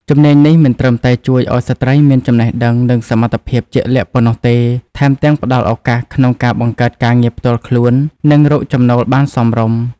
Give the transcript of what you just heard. ជំនាញនេះមិនត្រឹមតែជួយឱ្យស្ត្រីមានចំណេះដឹង និងសមត្ថភាពជាក់លាក់ប៉ុណ្ណោះទេ ថែមទាំងផ្តល់ឱកាសក្នុងការបង្កើតការងារផ្ទាល់ខ្លួន និងរកចំណូលបានសមរម្យ។